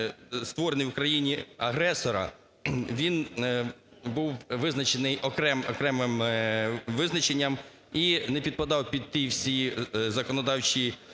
створений в країні-агресора, він був визначений окремим визначенням і не підпадав під ті всі законодавчі